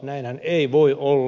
näinhän ei voi olla